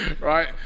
Right